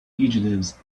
fugitives